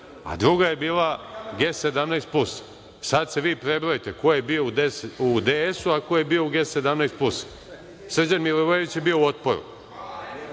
a druga je bila G17-plus. Sad se vi prebrojte ko je bio u DS-u a ko je bio u G17-plus. Srđan Milivojević je bio u Otporu.